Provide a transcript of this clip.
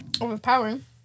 overpowering